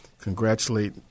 congratulate